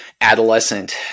adolescent